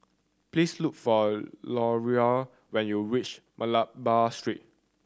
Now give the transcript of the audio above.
please look for Leroy when you reach Malabar Street